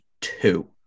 two